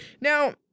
Now